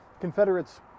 Confederates